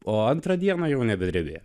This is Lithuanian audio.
o antrą dieną jau nebedrebėjo